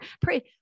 pray